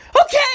Okay